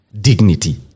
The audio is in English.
dignity